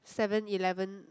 seven eleven